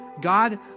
God